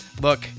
Look